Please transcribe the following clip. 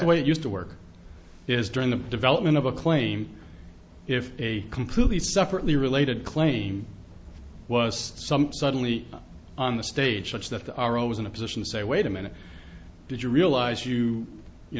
way it used to work is during the development of a claim if a completely separately row lated claim was some suddenly on the stage such that they are always in a position to say wait a minute did you realize you you